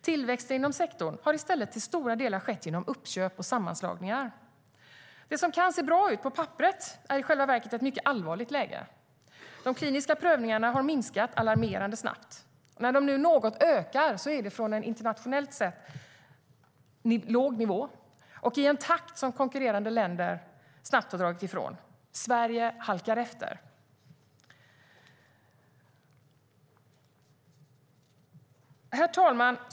Tillväxten inom sektorn har i stället till stora delar skett genom uppköp och sammanslagningar. Det som kan se bra ut på papperet är i själva verket ett mycket allvarligt läge. De kliniska prövningarna har minskat alarmerande snabbt. När de nu ökar något är det från en internationellt sett låg nivå och i en takt som konkurrerande länder snabbt har dragit ifrån. Sverige halkar efter. Herr talman!